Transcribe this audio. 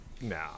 no